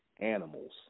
animals